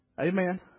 Amen